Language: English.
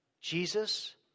Jesus